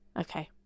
Okay